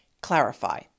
clarify